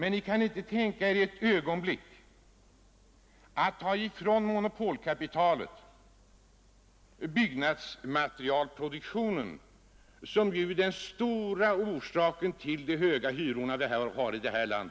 Ni kan inte ett ögonblick tänka er att ta från monopolkapitalet byggnadsmaterielproduktionen, som ju är den stora orsaken till de höga hyror som vi har i detta land.